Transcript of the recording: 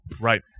Right